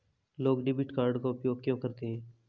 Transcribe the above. लोग debit card का उपयोग क्यों करते हैं?